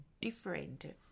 different